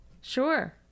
Sure